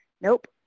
nope